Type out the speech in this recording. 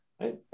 right